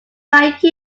like